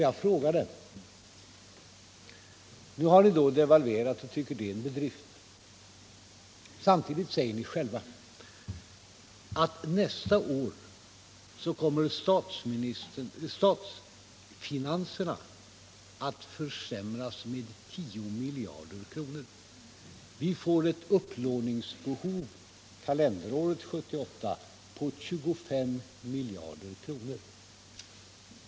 Jag pekade tidigare på att ni betraktar er devalvering som en bedrift, samtidigt som ni själva säger att statsfinanserna nästa år kommer att försämras med 10 miljarder kronor. Vi får alltså kalenderåret 1978 ett upplåningsbehov på 25 miljarder kronor.